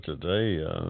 today